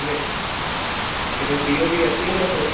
अड़े हिते सी ओ डी अचे ई नथो